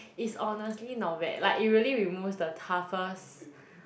it's honestly not bad like it really removes the toughest